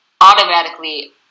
automatically